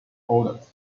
honors